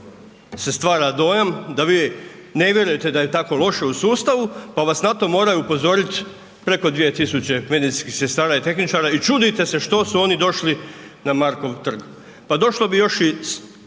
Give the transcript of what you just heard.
se stvara dojam da vi ne vjerujete da je tako loše u sustavu pa vas na to moraju upozoriti preko 2 tisuće medicinskih sestara i tehničara i čudite se što su oni došli na Markov trg. Pa došlo bi još i